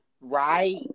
right